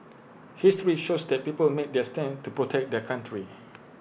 history shows that people made their stand to protect their country